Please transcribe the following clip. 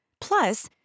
Plus